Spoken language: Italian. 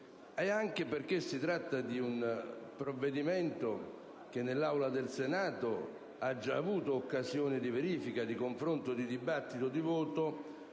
e anche perché si tratta di un provvedimento che nell'Aula del Senato ha già avuto occasione di verifica, di confronto, di discussione e di voto.